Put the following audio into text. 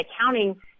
accounting